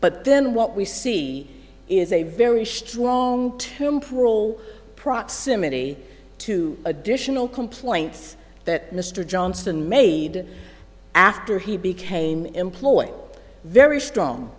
but then what we see is a very strong temporal proximity to additional complaints that mr johnston made after he became employed very strong